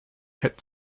had